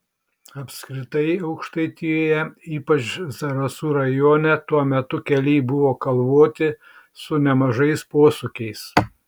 apskritai aukštaitijoje ypač zarasų rajone tuo metu keliai buvo kalvoti su nemažais posūkiais